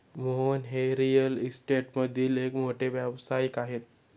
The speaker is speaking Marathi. मोहन हे रिअल इस्टेटमधील एक मोठे व्यावसायिक आहेत